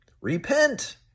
Repent